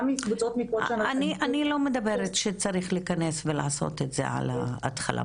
גם קבוצות --- אני לא מדברת שצריך להיכנס ולעשות את זה על ההתחלה,